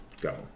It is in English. go